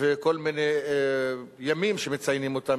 וכל מיני ימים שמציינים אותם,